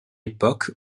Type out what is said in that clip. époque